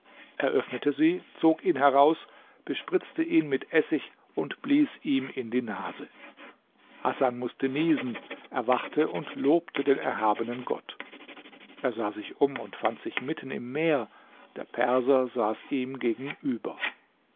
öffnete sie zog ihn heraus bespritzte ihn mit essig und blies ihm in die nase hasan mußte niesen erwachte und lobte den erhabenen gott er sah sich um und fand sich mitten im meer der perser saß ihm gegenüber